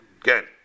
again